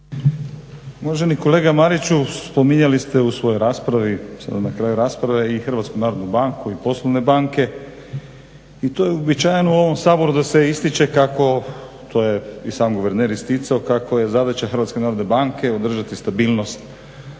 Uvaženi kolega Mariću, spominjali ste u svojoj raspravi, sada na kraju rasprave i HNB i poslovne banke i to je uobičajeno u ovom saboru da se ističe kako, to je i sam guverner isticao kako je zadaća HNB-a održati stabilnost